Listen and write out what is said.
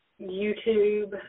YouTube